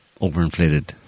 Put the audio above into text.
overinflated